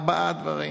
ארבעה דברים,